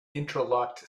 interlocked